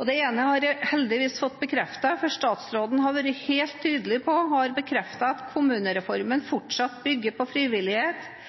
Det ene har jeg heldigvis fått bekreftet, for statsråden har vært helt tydelig på, og har bekreftet, at kommunereformen fortsatt bygger på frivillighet,